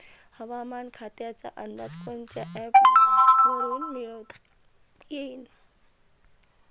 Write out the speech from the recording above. हवामान खात्याचा अंदाज कोनच्या ॲपवरुन मिळवता येईन?